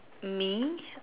me